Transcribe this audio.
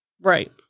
Right